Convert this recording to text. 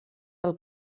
del